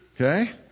Okay